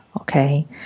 Okay